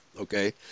okay